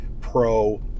Pro